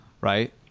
right